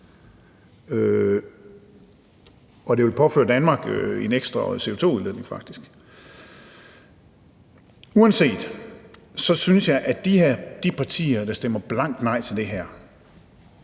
faktisk vil påføre Danmark ekstra CO2-udledning. Uanset det synes jeg lidt, at de partier, der stemmer blankt nej til det her,